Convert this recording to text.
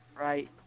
right